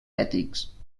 ètics